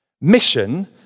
Mission